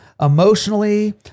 emotionally